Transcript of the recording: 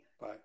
Bye